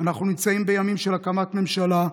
אנחנו נמצאים בימים של הקמת ממשלה,